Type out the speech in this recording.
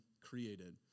created